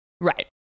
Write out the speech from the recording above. Right